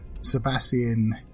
Sebastian